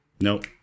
Nope